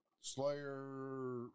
Slayer